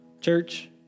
Church